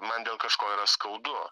man dėl kažko yra skaudu